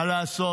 מה לעשות?